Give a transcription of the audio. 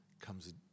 comes